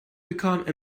become